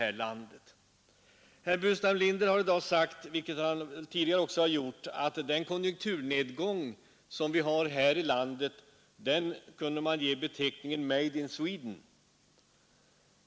Herr Burenstam Linder har i dag sagt, vilket han tidigare också gjort, att den konjunkturnedgång som vi har här i landet kunde ges beteckningen ”Made in Sweden”.